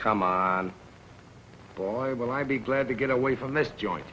come on boy will i be glad to get away from this joint